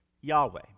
Yahweh